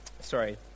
Sorry